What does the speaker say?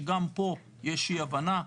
שגם פה יש אי הבנה,